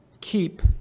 Keep